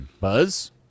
Buzz